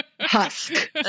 husk